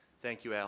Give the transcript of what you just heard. thank you, al.